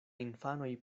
infanoj